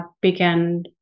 begin